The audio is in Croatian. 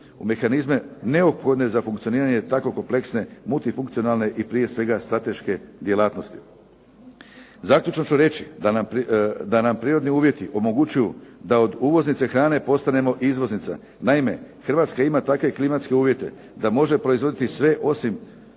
u mehanizme neophodne za funkcioniranje tako kompleksne, multifunkcionalne i prije svega strateške djelatnosti. Zaključno ću reći da nam prirodni uvjeti omogućuju da od uvoznice hrane postanemo izvoznica. Naime, Hrvatska ima takve klimatske uvjete da može proizvoditi sve osim